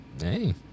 hey